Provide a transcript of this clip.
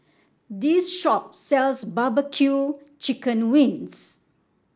this shop sells bbq Chicken Wings